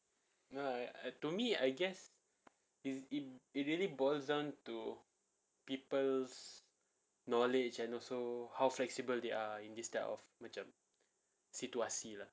no lah to me I guess is in it really boils down to people's knowledge and also how flexible they are in this type of macam situasi lah